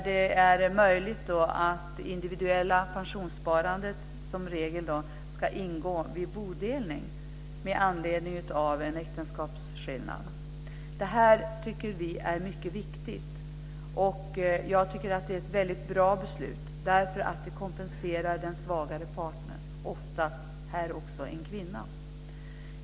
Det innebär att det individuella pensionssparandet som regel ska ingå vid bodelning med anledning av äktenskapsskillnad. Detta tycker vi är mycket viktigt. Och jag tycker att det är ett väldigt bra beslut, därför att det kompenserar den svagare parten, oftast är det också här fråga om en kvinna.